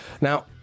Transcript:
Now